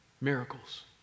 Miracles